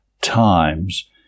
times